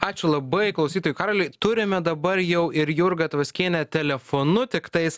ačiū labai klausytojui karoliui turime dabar jau ir jurgą tvaskienę telefonu tiktais